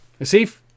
Asif